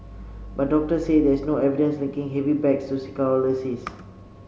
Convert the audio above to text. but doctors say there is no evidence linking heavy bags to scoliosis